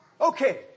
Okay